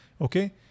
Okay